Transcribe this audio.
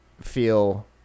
feel